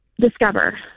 Discover